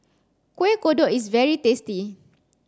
Kueh Kodok is very tasty